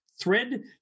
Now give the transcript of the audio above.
thread